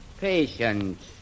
Patience